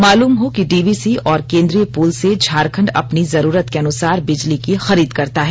मालूम हो कि डीवीसी और केंद्रीय पूल से झारखंड अपनी जरुरत के अनुसार बिजली की खरीद करता है